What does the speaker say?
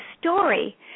story